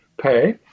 pay